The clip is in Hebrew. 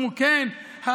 אמרו: כן,